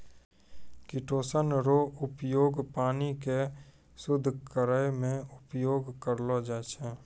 chitosan रो उपयोग पानी के शुद्ध करै मे उपयोग करलो जाय छै